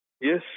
yes